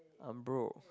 I'm broke